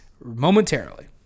momentarily